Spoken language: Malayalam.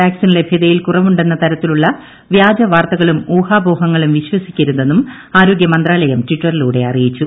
വാക്സിൻ ലഭ്യതയിൽ കുറവുണ്ടെന്ന തരത്തിലുള്ള വ്യാജ വാർത്തകളും ഊഹാപോഹങ്ങളും വിശ്വസിക്കരുതെന്നും ആരോഗ്യമന്ത്രാലയം ടിറ്ററിലൂടെ അറിയിച്ചു